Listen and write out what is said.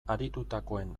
aritutakoen